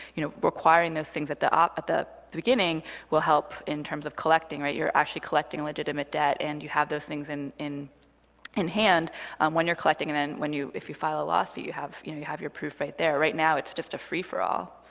you know, requiring those things at the um at the beginning will help in terms of collecting, right? you're actually collecting legitimate debt and you have those things and in in hand when you're collecting. and then when you file a lawsuit, you have you know you have your proof right there. right now it's just a free-for-all.